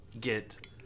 get